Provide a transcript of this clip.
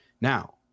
Now